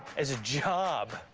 as a job,